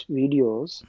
videos